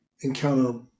encounter